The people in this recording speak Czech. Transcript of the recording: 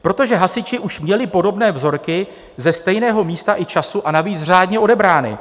Protože hasiči už měli podobné vzorky ze stejného místa i času, a navíc řádně odebrané.